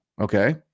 Okay